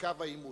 בקו העימות.